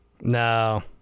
No